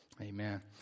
Amen